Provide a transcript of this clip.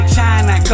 China